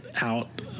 out